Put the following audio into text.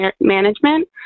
management